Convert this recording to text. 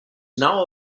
now